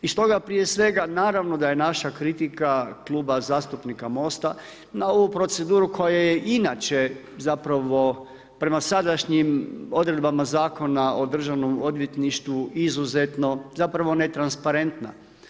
I stoga prije svega, naravno da je naša kritika Kluba zastupnika Mosta, na ovu proceduru koja je inače, zapravo prema sadašnjim odredbama zakona o Državnom odvjetništvu, izuzetno zapravo netransparentna.